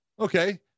Okay